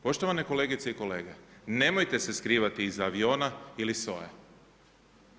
Poštovane kolegice i kolege, nemojte se skrivati iza aviona ili SOA-e.